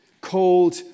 Called